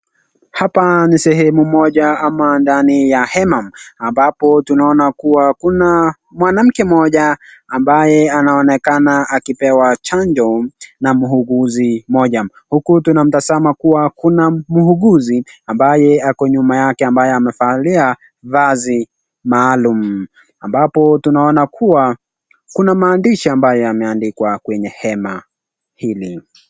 Hapani sehemu moja ama ndani ya hema ambapo tunaona kuwa kuna mwanamke mmoja ambaye anaonekana akipewa chanjo na mwuguzi mmoja, huku tunamtazama kuwa kuna mwuguzi ambaye ako nyuma yake ambaye amevalia vazi maalum ambapo tunaona kuwa kuna maandishi ambayo imeandikwa kwenye hema hili.